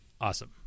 awesome